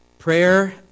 Prayer